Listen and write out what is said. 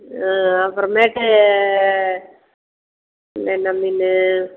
ஆ அப்புறமேட்டு இன்னும் என்ன மீன்